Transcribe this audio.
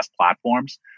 platforms